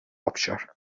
آبشار